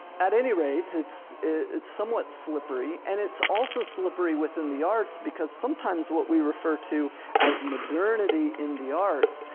at any rate, it's it's somewhat slippery and it's also also slippery within the arts because sometimes what we refer to as modernity in the arts,